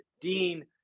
Dean